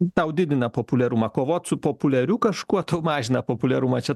tau didina populiarumą kovot su populiariu kažkuo tau mažina populiarumą čia